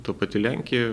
ta pati lenkija